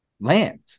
land